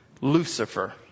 Lucifer